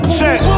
Check